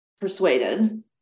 persuaded